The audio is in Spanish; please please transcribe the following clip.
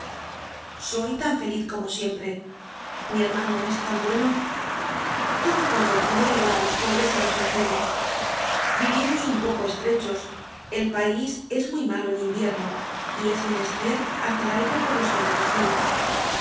soy tan feliz como siempre mi hermano es tan bueno todo cuanto tiene lo da á los pobres y á los enfermos vivimos un poco estrechos el país es muy malo en invierno y es menester hacer algo por los que nada tienen